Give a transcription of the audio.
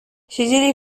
siedzieli